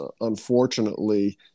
unfortunately